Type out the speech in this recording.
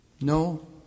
No